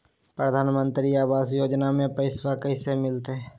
प्रधानमंत्री आवास योजना में पैसबा कैसे मिलते?